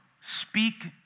speak